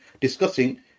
discussing